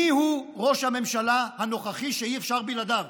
מי הוא ראש הממשלה הנוכחי, שאי-אפשר בלעדיו?